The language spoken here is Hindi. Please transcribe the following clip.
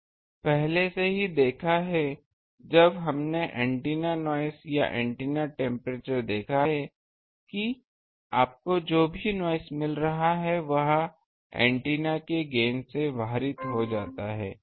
अब हमने पहले से ही देखा है जब हमने एंटीना नॉइस या एंटीना टेम्प्रेचर देखा है कि आपको जो भी नॉइस मिल रहा है वह एंटीना के गेन से भारित हो जाता है